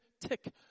tick